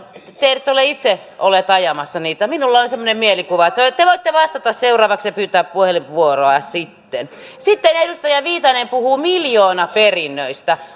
ette ole itse olleet ajamassa sitä minulla on on semmoinen mielikuva te te voitte vastata seuraavaksi pyytää puheenvuoroa sitten sitten edustaja viitanen puhuu miljoonaperinnöistä